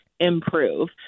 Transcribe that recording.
improve